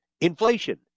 Inflation